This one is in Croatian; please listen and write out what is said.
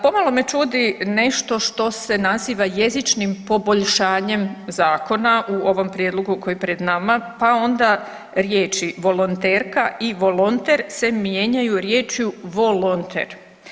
Pomalo me čudi nešto što se naziva jezičnim poboljšanjem zakona u ovom prijedlogu koji je pred nama, pa onda riječi „volonterka“ i „volonter“ se mijenjaju riječju „volonter“